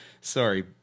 sorry